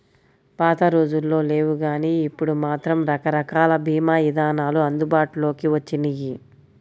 పాతరోజుల్లో లేవుగానీ ఇప్పుడు మాత్రం రకరకాల భీమా ఇదానాలు అందుబాటులోకి వచ్చినియ్యి